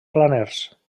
planers